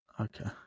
Okay